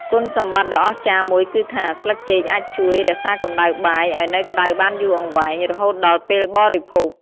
គុណសម្បត្តិដ៏អស្ចារ្យមួយគឺថា ស្លឹកចេកអាចជួយ រក្សាកម្តៅបាយ ឱ្យនៅក្តៅបានយូរអង្វែង រហូតដល់ពេលបរិភោគ។